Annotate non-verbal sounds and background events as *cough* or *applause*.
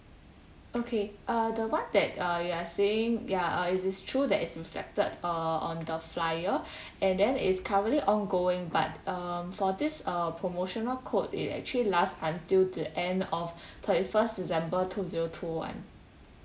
okay uh the one that uh you are saying ya it is true that's reflected uh on the flyer *breath* and then it's currently ongoing but um for this uh promotional code it actually last until the end of *breath* thirty first december two zero two one